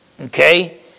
okay